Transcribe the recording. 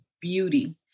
beauty